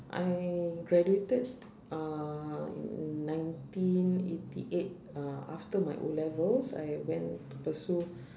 I graduated uh in nineteen eighty eight uh after my O-levels I went to pursue